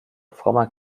frommer